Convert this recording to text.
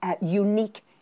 unique